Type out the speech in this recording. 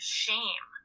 shame